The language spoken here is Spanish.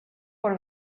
por